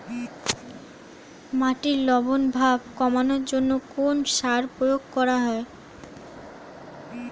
মাটির লবণ ভাব কমানোর জন্য কোন সার প্রয়োগ করা হয়?